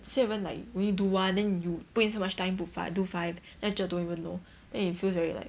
seven like only do one then you put in so much time put five do five then cher don't even know then it feels very like